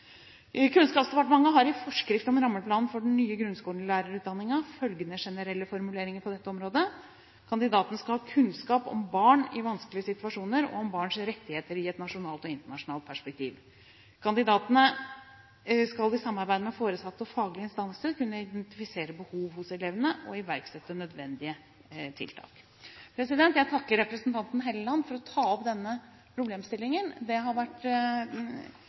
Kunnskapsdepartementet har i forskrift om rammeplan for de nye grunnskolelærerutdanningene følgende generelle formuleringer på dette området: Kandidaten skal ha kunnskap om barn i vanskelige situasjoner og om barns rettigheter i et nasjonalt og internasjonalt perspektiv. Kandidaten skal i samarbeid med foresatte og faglige instanser kunne identifisere behov hos elevene og iverksette nødvendige tiltak. Jeg takker representanten Hofstad Helleland for å ta opp denne problemstillingen. Det har vært